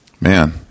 Man